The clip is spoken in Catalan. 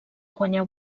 guanyar